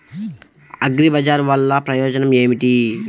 అగ్రిబజార్ వల్లన ప్రయోజనం ఏమిటీ?